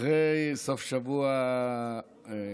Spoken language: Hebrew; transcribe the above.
אחרי סוף שבוע קשה,